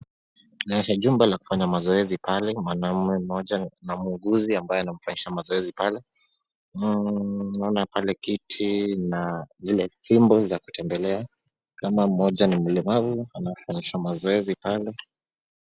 Inaonyesha jumba la kufanya mazoezi pale. Mwanaume mmoja na muuguzi ambaye anamfanyisha mazoezi. Naona pale kiti na zile fimbo za kutembelea kama mmoja ni mlemavu anafanyisha mwenzake zoezi pale.